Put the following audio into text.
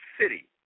City